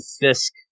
Fisk